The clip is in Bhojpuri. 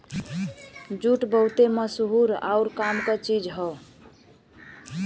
जूट बहुते मसहूर आउर काम क चीज हौ